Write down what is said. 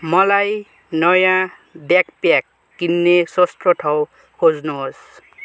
मलाई नयाँ ब्यागप्याक किन्न सस्तो ठाउँ खोज्नुहोस्